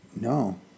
No